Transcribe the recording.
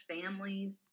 families